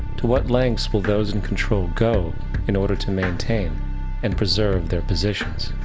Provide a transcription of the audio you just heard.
to what lenghts will those in control go in order to maintain and preserve their positions?